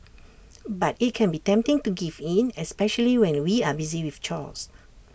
but IT can be tempting to give in especially when we are busy with chores